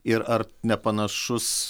ir ar nepanašus